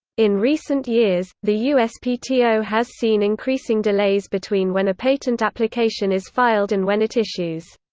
in recent years, the uspto has seen increasing delays between when a patent application is filed and when it issues.